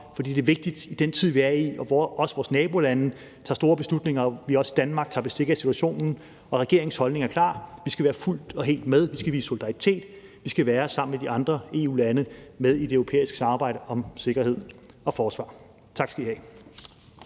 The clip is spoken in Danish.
for det er vigtigt i den tid, vi er i, hvor også vores nabolande tager store beslutninger, at vi også i Danmark tager bestik af situationen. Og regeringens holdning er klar: Vi skal være fuldt og helt med. Vi skal vise solidaritet. Vi skal være sammen med de andre EU-lande i det europæiske samarbejde om sikkerhed og forsvar. Tak skal I have.